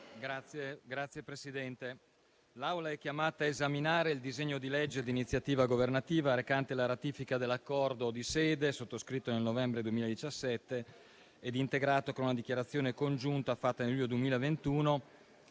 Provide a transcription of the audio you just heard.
Signor Presidente, l'Assemblea è chiamata a esaminare il disegno di legge di iniziativa governativa recante la ratifica dell'Accordo di sede sottoscritto nel novembre 2017 e integrato con una dichiarazione congiunta fatta nel luglio 2021